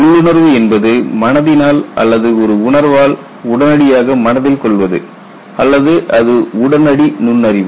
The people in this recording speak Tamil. உள்ளுணர்வு என்பது மனதினால் அல்லது ஒரு உணர்வால் உடனடியாக மனதில் கொள்வது அல்லது அது உடனடி நுண்ணறிவு